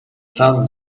found